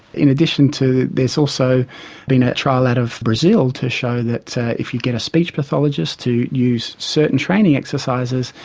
in addition to, there's also been a trial out of brazil to show that if you get a speech pathologist to use certain training exercises,